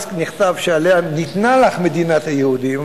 אז נכתב: שעליו ניתנה לך מדינת היהודים,